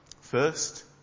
First